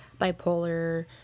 bipolar